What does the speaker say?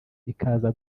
ikaza